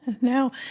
No